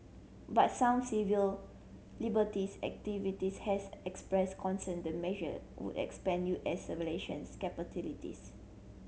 but some civil liberties activist has expressed concern the measure would expand U S capabilities